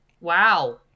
Wow